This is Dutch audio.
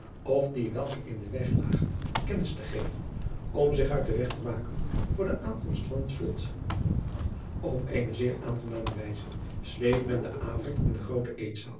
of die welke in den weg lagen kennis te geven om zich uit den weg te maken voor de aankomst van het vlot p eene zeer aangename wijze sleet men den avond in de groote